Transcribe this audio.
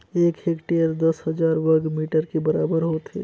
एक हेक्टेयर दस हजार वर्ग मीटर के बराबर होथे